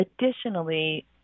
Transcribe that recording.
Additionally